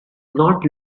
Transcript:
not